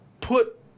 put